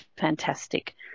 fantastic